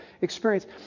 experience